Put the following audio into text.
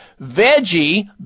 veggie